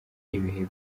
ibihe